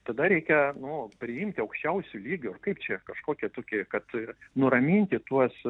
tada reikia nu priimti aukščiausiu lygiu ar kaip čia kažkokį tokį kad nuraminti tuos